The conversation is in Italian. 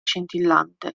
scintillante